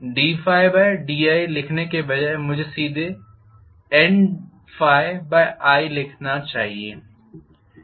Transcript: ddiलिखने के बजाय मुझे सीधे रूप में Ni लिखने में सक्षम होना चाहिए